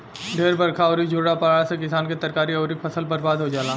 ढेर बरखा अउरी झुरा पड़ला से किसान के तरकारी अउरी फसल बर्बाद हो जाला